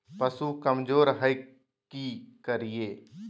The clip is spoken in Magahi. पशु कमज़ोर है कि करिये?